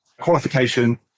qualification